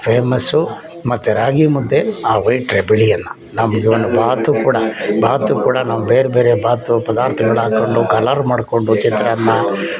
famous ಮತ್ತು ರಾಗಿ ಮುದ್ದೆ ಆ white rice ಬಿಳಿ ಅನ್ನ ಬಾತು ಕೂಡ ನಾವು ಬೇರೆ ಬೇರೆ ಬಾತು ಪದಾರ್ಥಗಳು ಹಾಕ್ಕೊಂಡು ಕಲ್ಲರ್ ಮಾಡಿಕೊಂಡು ಚಿತ್ರಾನ್ನ